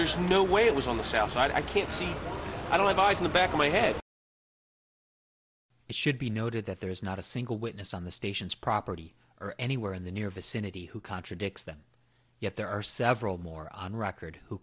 there's no way it was on the shelf right i can't see i don't have eyes in the back of my head it should be noted that there is not a single witness on the station's property or anywhere in the near vicinity who contradicts them yet there are several more on record who